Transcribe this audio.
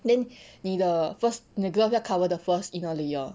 then 你的 first 你的 glove 要 cover the first inner layer